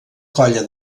colla